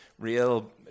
real